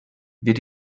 wird